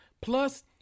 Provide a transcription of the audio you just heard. Plus